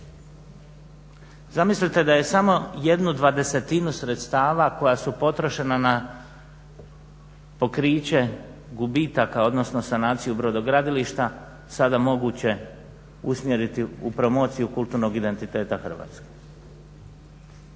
Zamislite da je samo 1/20 sredstava koja su potrošena na pokriće gubitaka odnosno sanaciju brodogradilišta sada moguće usmjeriti u promociju kulturnog identiteta Hrvatske,